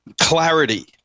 clarity